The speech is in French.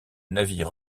navire